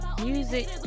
Music